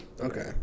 Okay